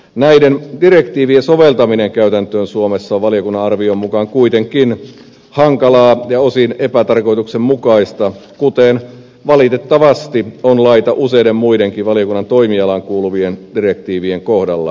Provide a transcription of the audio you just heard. näiden direktiivien soveltaminen käytäntöön suomessa on valiokunnan arvion mukaan kuitenkin hankalaa ja osin epätarkoituksenmukaista kuten valitettavasti on laita useiden muidenkin valiokunnan toimialaan kuuluvien direktiivien kohdalla